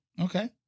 okay